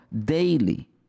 Daily